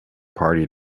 party